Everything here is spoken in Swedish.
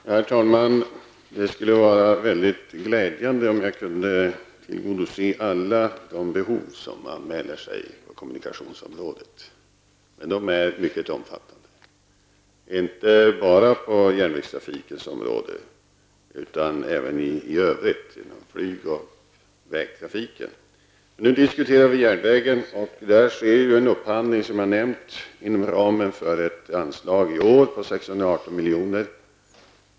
Herr talman! Det skulle vara väldigt glädjande om jag kunde tillgodose alla de behov som anmäler sig på kommunikationsområdet. Men de är mycket omfattande, inte bara på järnvägstrafikens område utan även i övrigt, inom flyg och vägtrafik också. Men nu diskuterar vi järnvägen. Där sker en upphandling, som jag nämnde, inom ramen för ett anslag i år på 618 miljoner.